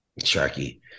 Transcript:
Sharky